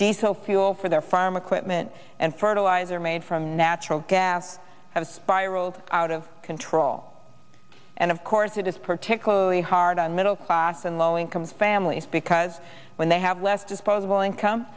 diesel fuel for their farm equipment and fertilizer made from natural gas have spiraled out of control and of course it is per to close the hard on middle class and low income families because when they have less disposable income